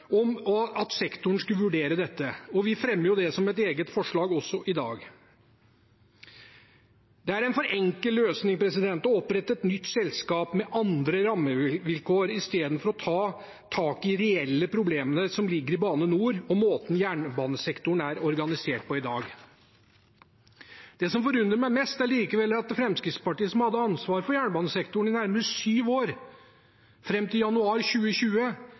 dag. Det er en for enkel løsning å opprette et nytt selskap med andre rammevilkår i stedet for å ta tak i de reelle problemene som ligger i Bane NOR og måten jernbanesektoren er organisert på i dag. Det som forundrer meg mest, er likevel at Fremskrittspartiet, som hadde ansvaret for jernbanesektoren i nærmere syv år, fram til januar 2020,